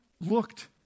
looked